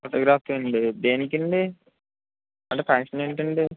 photographs ఆండి దేనికండీ అంటే ఫంక్షన్ ఏంటండి